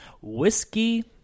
whiskey